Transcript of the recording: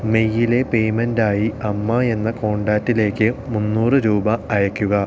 മെയിലെ പേയ്മെൻറായി അമ്മ എന്ന കോണ്ടാക്ടിലേക്ക് മുന്നൂറു രൂപ അയയ്ക്കുക